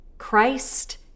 Christ